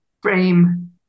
Frame